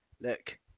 look